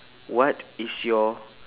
what is your